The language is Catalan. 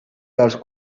dels